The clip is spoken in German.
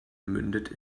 mündet